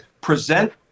present